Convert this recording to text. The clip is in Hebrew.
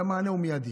והמענה הוא מיידי.